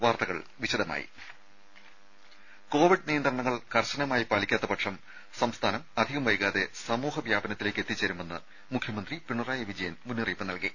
വാർത്തകൾ വിശദമായി കോവിഡ് നിയന്ത്രണങ്ങൾ കർശനമായി പാലിക്കാത്ത പക്ഷം സംസ്ഥാനം അധികം വൈകാതെ സമൂഹ വ്യാപനത്തിലേക്ക് എത്തിച്ചേരുമെന്ന് മുഖ്യമന്ത്രി പിണറായി വിജയൻ മുന്നറിയിപ്പ് നൽകി